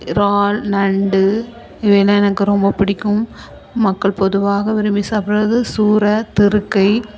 இறால் நண்டு இவையெல்லாம் எனக்கு ரொம்ப பிடிக்கும் மக்கள் பொதுவாக விரும்பி சாப்பிட்டுறது சூரை திருக்கை